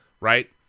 right